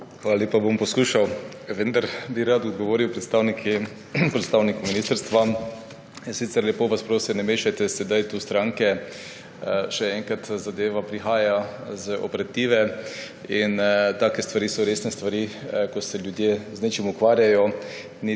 Hvala lepa. Bom poskušal, vendar bi rad odgovoril predstavniku ministrstva. In sicer: lepo vas prosim, ne mešajte sedaj sem stranke. Še enkrat, zadeva prihaja iz operative in take stvari so resne stvari. Ko se ljudje z nečim ukvarjajo,